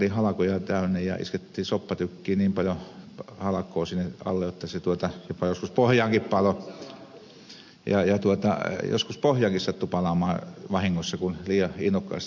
aina on peräkärry halkoja täynnä iskettiin soppatykkiin niin paljon halkoja alle että se joskus sattui vahingossa jopa pohjaankin palamaan kun liian innokkaasti laitettiin